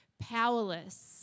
powerless